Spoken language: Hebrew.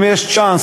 אם יש צ'אנס,